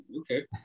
okay